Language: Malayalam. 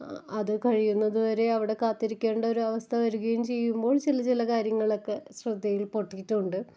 അതു കഴിയുന്നതു വരെ അവിടെ കാത്തിരിക്കേണ്ട ഒരു അവസ്ഥ വരികയും ചെയ്യുമ്പോള് ചില ചില കാര്യങ്ങളൊക്കെ ശ്രദ്ധയില്പ്പെട്ടിട്ടുണ്ട്